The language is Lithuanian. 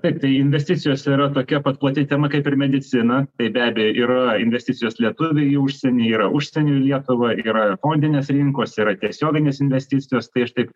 taip tai investicijos yra tokia pat plati tema kaip ir medicina tai be abejo yra investicijos lietuviai į užsienį yra užsieniui į lietuvą yra fondinės rinkos yra tiesioginės investicijos tai aš taip